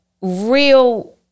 real